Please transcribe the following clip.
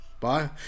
Bye